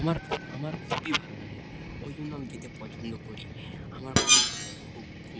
আমার খুব আমার খুবই ভালো লাগে ওই জন্য আমি যেতে পছন্দ করি আমার খুব ভালো লাগে খুব খুব